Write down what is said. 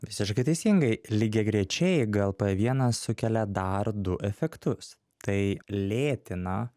visiškai teisingai lygiagrečiai glp vienas sukelia dar du efektus tai lėtina